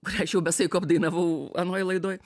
kurią aš jau be saiko apdainavau anoj laidoj